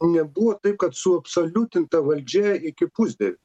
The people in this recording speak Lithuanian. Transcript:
nebuvo taip kad suabsoliutinta valdžia iki pusdiev